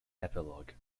epilogue